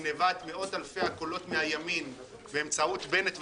בגניבת מאות-אלפי קולות מהימין באמצעות בנט וחבורתו.